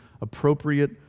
appropriate